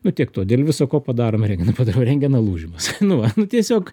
nu tiek to dėl visa ko padarom rentgeną padarau rentgeną lūžimas nu va nu tiesiog